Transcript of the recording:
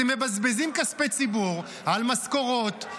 אתם מבזבזים כספי ציבור על משכורות,